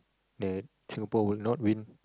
that Singapore would not win